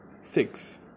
six